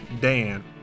Dan